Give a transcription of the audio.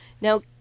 Now